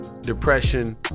depression